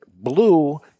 blue